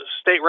state